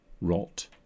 rot